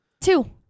two